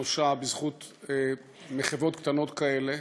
נושע בזכות מחוות קטנות כאלה,